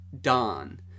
dawn